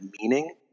meaning